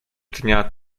dnia